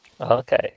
Okay